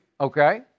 Okay